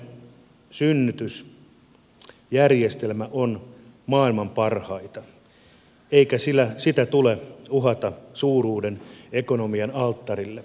suomalainen synnytysjärjestelmä on maailman parhaita eikä sitä tule uhata suuruuden ekonomian alttarille